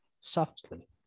softly